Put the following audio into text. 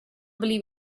believe